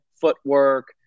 footwork